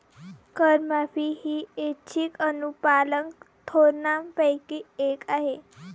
करमाफी ही ऐच्छिक अनुपालन धोरणांपैकी एक आहे